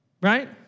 right